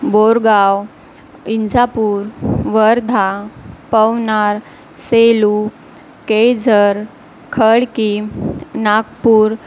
Borgaon Injhapur Wardha Pavnar Selu Kejhar Khadki Nagpur